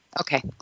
Okay